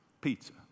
pizza